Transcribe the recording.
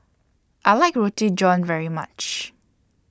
I like Roti John very much